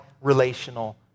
relational